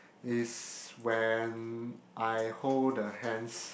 is when I hold the hands